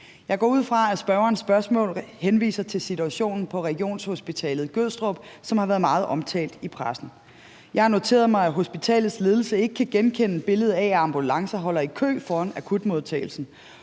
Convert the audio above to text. Jeg går ud fra, at spørgerens spørgsmål henviser til situationen på Regionshospitalet Gødstrup, som har været meget omtalt i pressen. Jeg har noteret mig, at hospitalets ledelse ikke kan genkende billedet af, at ambulancer holder i kø foran akutmodtagelsen.